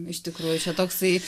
iš tikrųjų čia toksai